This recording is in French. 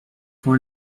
quand